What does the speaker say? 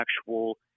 actual